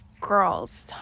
girls